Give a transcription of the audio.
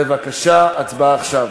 בבקשה, הצבעה עכשיו.